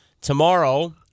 Tomorrow